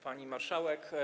Pani Marszałek!